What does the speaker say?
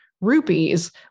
rupees